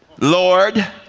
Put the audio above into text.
Lord